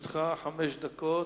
לרשותך חמש דקות.